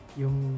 yung